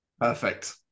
Perfect